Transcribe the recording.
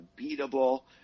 unbeatable